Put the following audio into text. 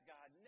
God